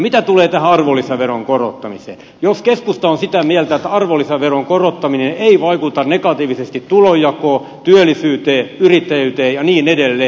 mitä tulee tähän arvonlisäveron korottamiseen niin jos keskusta on sitä mieltä että arvonlisäveron korottaminen ei vaikuta negatiivisesti tulonjakoon työllisyyteen yrittäjyyteen ja niin edelleen